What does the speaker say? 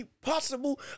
Possible